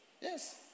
Yes